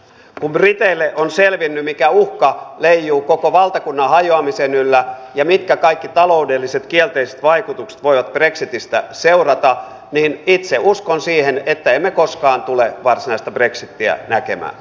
kun briteille on selvinnyt mikä uhka leijuu koko valtakunnan hajoamisen yllä ja mitkä kaikki taloudelliset kielteiset vaikutukset voivat brexitistä seurata niin itse uskon siihen että emme koskaan tule varsinaista brexitiä näkemään